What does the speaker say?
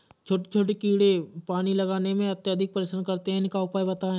छोटे छोटे कीड़े पानी लगाने में अत्याधिक परेशान करते हैं इनका उपाय बताएं?